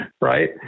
right